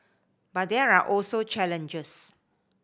but there are also challenges